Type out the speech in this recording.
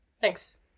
Thanks